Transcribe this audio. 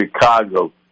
Chicago